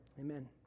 Amen